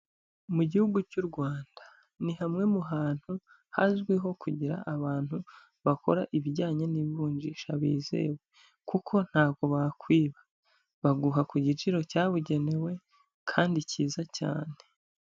Mu gihugu cy'u Rwanda ni hamwe mu hantu hazwiho kugira abantu bakora ibijyanye n'ivunjisha bizewe, kuko ntabwo bakwiba, baguha ku giciro cyabugenewe kandi cyiza cyane.